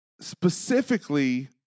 Specifically